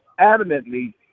adamantly